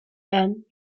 and